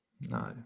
No